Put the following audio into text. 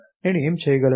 నేను ఏమి చెయ్యగలను